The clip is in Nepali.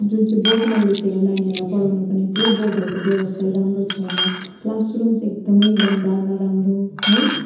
जुन चाहिँ बोर्डमा लेखेर नानीहरूलाई पढाउनुपर्ने त्यो बोर्डहरूको व्यवसाय राम्रो छैन क्लास रुम्स एकदमै गन्दा नराम्रो है